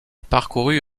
parcourut